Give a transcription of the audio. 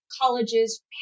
colleges